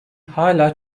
hala